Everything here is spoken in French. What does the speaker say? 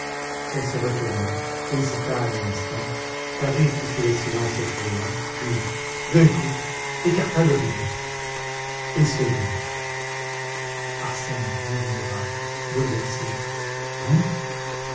elle se retourna hésita un instant parut écouter le silence effrayant puis d'un coup écarta le rideau ils se virent arsène murmura bouleversé vous vous